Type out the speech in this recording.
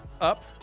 up